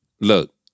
Look